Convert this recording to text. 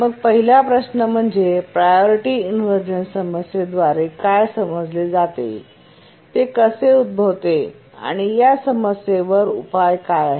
मग पहिला प्रश्न म्हणजे प्रायोरिटी इनव्हर्जन समस्येद्वारे काय समजले जाते ते कसे उद्भवते आणि या समस्येवर उपाय काय आहेत